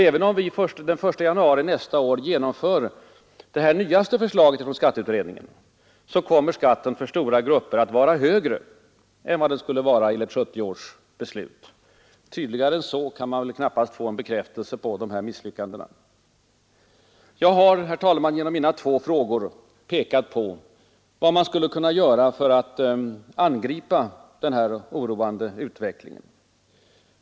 Även om vi den 1 januari nästa år genomför det nyaste förslaget från skatteutredningen kommer skatten för stora grupper att vara högre än den skulle vara enligt 1970 års beslut. Tydligare än så kan man väl knappast få en bekräftelse på misslyckandena. Jag har, herr talman, genom mina två frågor pekat på vad man skulle kunna göra för att angripa denna oroande utveckling.